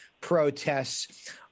protests